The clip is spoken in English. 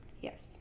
yes